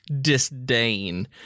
disdain